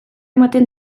ematen